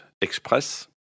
Express